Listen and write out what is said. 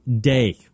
day